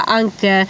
anche